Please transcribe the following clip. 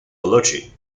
balochi